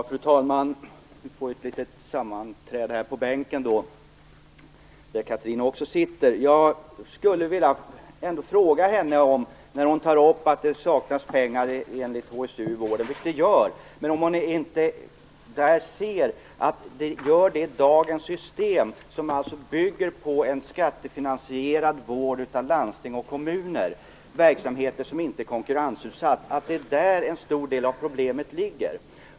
Fru talman! Vi får här ett litet sammanträde i bänken, där också Chatrine Pålsson sitter. Jag vill fråga Chatrine Pålsson, som tar upp att det enligt HSU saknas pengar till vården, vilket det gör, om hon inte ser att anledningen är dagens system som bygger på en skattefinansierad vård av landsting och kommuner - verksamheter som inte är konkurrensutsatta - och att det är där en stor del av problemen ligger.